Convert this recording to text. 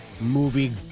movie